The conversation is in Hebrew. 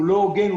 לא הוגן,